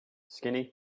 skinny